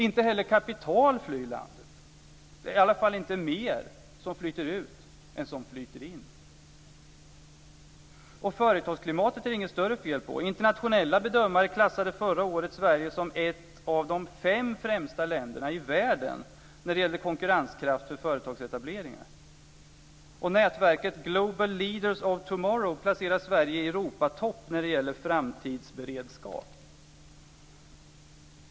Inte heller kapital flyr landet. Det är i alla fall inte mer som flyter ut än vad som flyter in. Och företagsklimatet är det inget större fel på. Internationella bedömare klassade Sverige förra året som ett av de fem främsta länderna i världen när det gäller konkurrenskraft för företagsetableringar. Nätverket Global Leaders of Tomorrow placerar Sverige i Europatopp när det gäller framtidsberedskap.